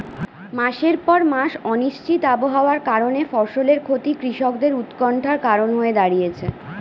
মাসের পর মাস অনিশ্চিত আবহাওয়ার কারণে ফসলের ক্ষতি কৃষকদের উৎকন্ঠার কারণ হয়ে দাঁড়িয়েছে